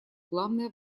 главное